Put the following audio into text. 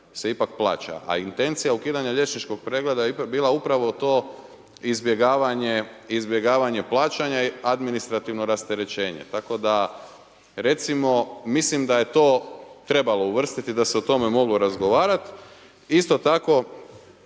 se ipak plaća. A intencija ukidanja liječničkog pregleda je bila upravo to izbjegavanje plaćanja i administrativno rasterećenje. Tako da recimo mislim da je to trebalo uvrstiti, da se o tome moglo razgovarati. Isto tako